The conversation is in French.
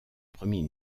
premier